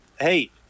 hey